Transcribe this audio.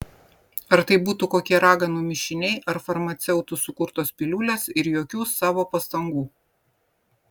ar tai būtų kokie raganų mišiniai ar farmaceutų sukurtos piliulės ir jokių savo pastangų